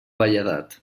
velledat